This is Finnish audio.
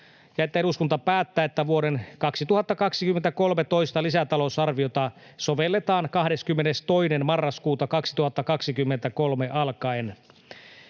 eduskunta päättää, että vuoden 2023 toista lisätalousarviota sovelletaan 22. marraskuuta 2023 alkaen.